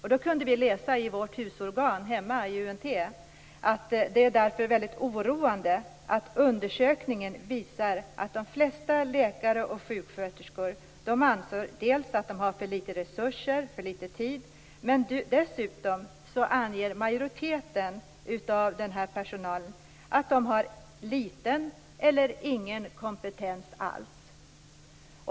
Vi har kunnat läsa i vårt husorgan UNT att det är oroande att undersökningen visar att de flesta läkare och sjuksköterskor anser att de dels har för lite resurser och tid, dels att de har liten eller ingen kompetens alls.